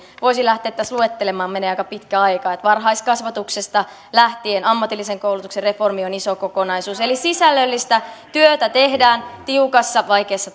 voisin lähteä tässä luettelemaan menee aika pitkä aika varhaiskasvatuksesta lähtien ammatillisen koulutuksen reformi on iso kokonaisuus eli sisällöllistä työtä tehdään tiukassa vaikeassa